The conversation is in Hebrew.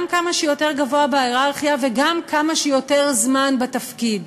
גם כמה שיותר גבוה בהייררכיה וגם כמה שיותר זמן בתפקיד.